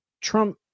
Trump